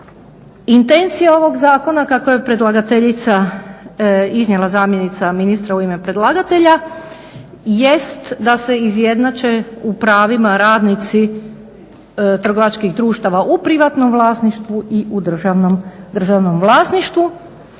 Intencija ovog Zakona kako je predlagateljica iznijela zamjenica ministra u ime predlagatelja jest da se izjednače u pravima radnici trgovačkih društava u privatnom vlasništvu i u državnom vlasništvu.